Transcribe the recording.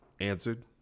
answered